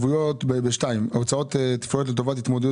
בסעיף 2 הוצאות תפעוליות לטובת התמודדות